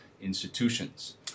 institutions